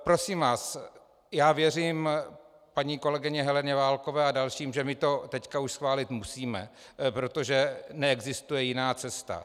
Prosím vás, věřím paní kolegyni Heleně Válkové a dalším, že my to teď už schválit musíme, protože neexistuje jiná cesta.